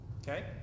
Okay